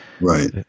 right